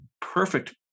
perfect